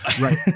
Right